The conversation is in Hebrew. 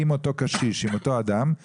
עם אותו קשיש או אותו אדם,